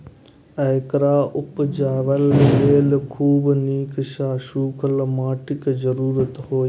एकरा उपजाबय लेल खूब नीक सं सूखल माटिक जरूरत होइ छै